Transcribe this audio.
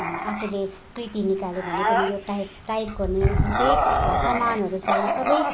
आफूले कृति निकाले भने पनि यो टाइप टाइप गर्ने जुन चाहिँ सामानहरू छ यो सबै